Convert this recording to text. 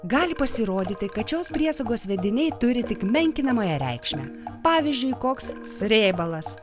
gali pasirodyti kad šios priesagos vediniai turi tik menkinamąją reikšmę pavyzdžiui koks srėbalas